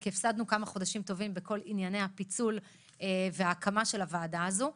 כי הפסדנו כמה חודשים טובים בכל ענייני הפיצול וההקמה של הוועדה הזו.